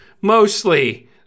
mostly